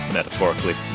metaphorically